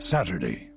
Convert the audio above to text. Saturday